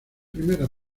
primera